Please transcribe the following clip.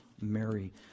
Mary